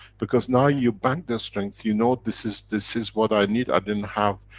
because now you bank the strength, you know, this is, this is what i need. i didn't have,